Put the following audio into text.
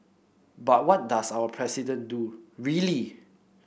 but what does our President do really